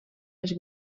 els